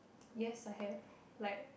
yes I have like